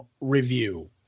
review